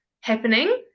happening